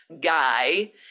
guy